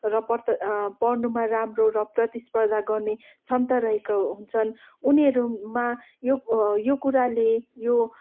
र पढ्नुमा राम्रो र प्रतिस्पर्धा गर्ने क्षमता रहेको हुन्छन् उनीहरूमा यो यो कुराले यो